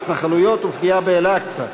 באמצעות התנחלויות ופגיעה במסגד אל-אקצא.